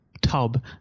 tub